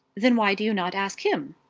then why do you not ask him?